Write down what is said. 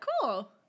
Cool